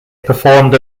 performed